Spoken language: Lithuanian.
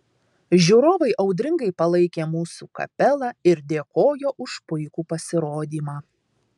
žiūrovai audringai palaikė mūsų kapelą ir dėkojo už puikų pasirodymą